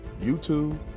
YouTube